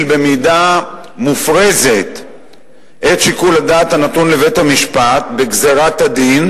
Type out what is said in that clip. במידה מופרזת את שיקול הדעת הנתון לבית-המשפט בגזירת הדין,